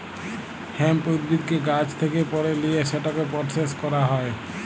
hemp উদ্ভিদকে গাহাচ থ্যাকে পাড়ে লিঁয়ে সেটকে পরসেস ক্যরা হ্যয়